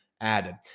added